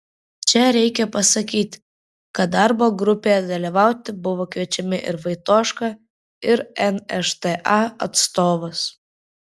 čia reikia pasakyti kad darbo grupėje dalyvauti buvo kviečiami ir vaitoška ir nšta atstovas